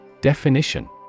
Definition